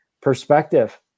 perspective